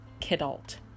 kidult